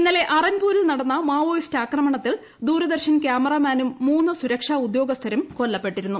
ഇന്നലെ അറൻപൂരിൽ നടന്ന മാവോയിസ്റ്റ് ആക്രമണത്തിൽ ദൂരദർശൻ കൃാമറാമാനും മൂന്ന് സുരക്ഷാ ഉദ്യോഗസ്ഥരും കൊല്ലപ്പെട്ടിരുന്നു